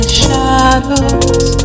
shadows